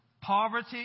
poverty